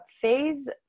Phase